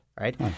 right